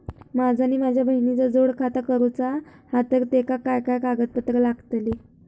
माझा आणि माझ्या बहिणीचा जोड खाता करूचा हा तर तेका काय काय कागदपत्र लागतली?